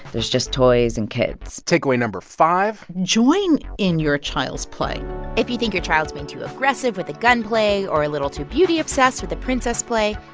there's just toys and kids takeaway no. five. join in your child's play if you think your child's being too aggressive with the gun play or a little too beauty-obsessed with the princess play,